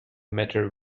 matter